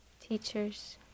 teachers